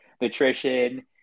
nutrition